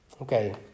Okay